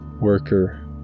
worker